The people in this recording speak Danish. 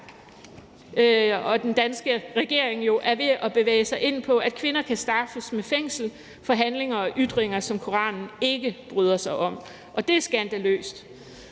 og den danske regering er ved at bevæge sig ind på, altså at kvinder kan straffes med fængsel for handlinger og ytringer, som Koranen ikke bryder sig om, og det er skandaløst.